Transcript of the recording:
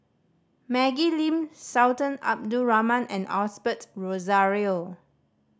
Maggie Lim Sultan Abdul Rahman and Osbert Rozario